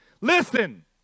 Listen